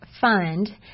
fund